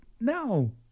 No